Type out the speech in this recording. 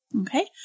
Okay